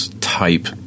type